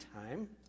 time